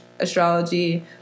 astrology